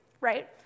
right